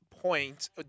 Point